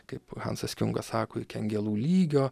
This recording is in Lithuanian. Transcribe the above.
kaip hansas kiungas sako iki angelų lygio